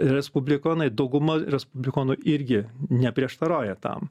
respublikonai dauguma respublikonų irgi neprieštarauja tam